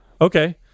Okay